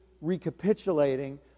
recapitulating